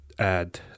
add